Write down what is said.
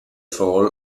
fall